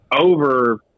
over